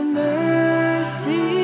mercy